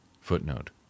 Footnote